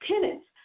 tenants